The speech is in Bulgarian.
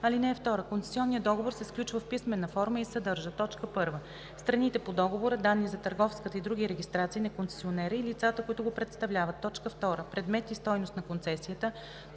(2) Концесионният договор се сключва в писмена форма и съдържа: 1. страните по договора, данни за търговската и други регистрации на концесионера и лицата, които го представляват; 2. предмет и стойност на концесията;